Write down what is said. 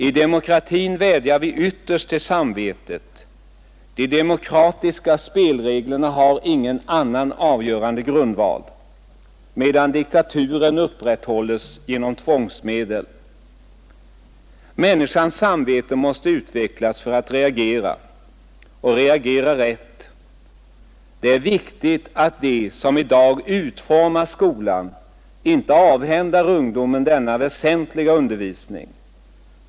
I demokratin vädjar vi ytterst till samvetet — de demokratiska spelreglerna har ingen annan avgörande grundval — medan diktaturen upprätthålles genom tvångsmedel. Människans samvete måste utvecklas för att reagera och reagera rätt. Det är viktigt att de som i dag utformar skolan inte avhänder ungdomen denna väsentliga undervisning.